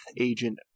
agent